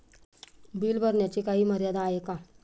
Bill भरण्याची काही मर्यादा आहे का?